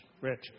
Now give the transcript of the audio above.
Rich